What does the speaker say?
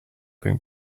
being